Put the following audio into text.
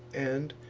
and,